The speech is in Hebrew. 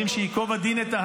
בניגוד לשופטי בג"ץ,